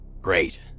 Great